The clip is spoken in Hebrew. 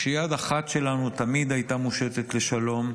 כשיד אחת שלנו תמיד הייתה מושטת לשלום,